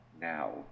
now